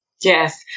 Yes